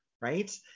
right